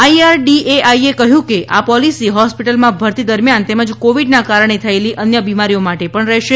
આઇઆરડીએઆઇએ કહ્યું કે આ પોલીસી હોસ્પિટલમાં ભરતી દરમિયાન તેમજ કોવીડના કારણે થયેલી અન્ય બિમારીઓ માટે પણ રહેશે